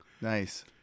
Nice